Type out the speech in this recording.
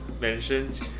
mentioned